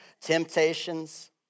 temptations